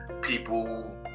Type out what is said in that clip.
people